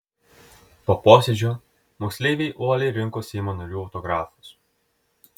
po posėdžio moksleiviai uoliai rinko seimo narių autografus